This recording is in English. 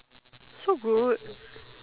so good